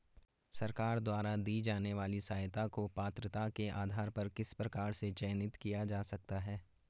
सरकार द्वारा दी जाने वाली सहायता को पात्रता के आधार पर किस प्रकार से चयनित किया जा सकता है?